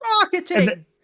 Marketing